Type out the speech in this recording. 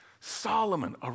Solomon